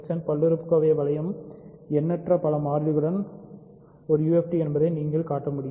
xn பல்லுறுப்புகோவை வளையம் எண்ணற்ற பல மாறிகளுடன் ஒரு UFD என்பதையும் நீங்கள் காட்ட முடியும்